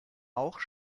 auch